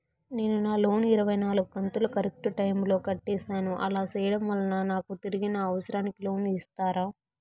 నేను నా లోను ఇరవై నాలుగు కంతులు కరెక్టు టైము లో కట్టేసాను, అలా సేయడం వలన నాకు తిరిగి నా అవసరానికి లోను ఇస్తారా?